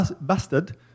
Bastard